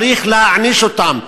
צריך להעניש אותם.